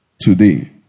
today